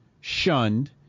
shunned